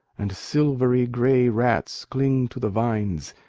and silvery gray rats cling to the vines,